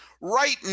Right